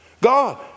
God